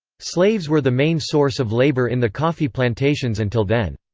slaves were the main source of labour in the coffee plantations until then.